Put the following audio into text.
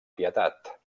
pietat